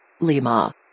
Lima